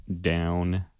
Down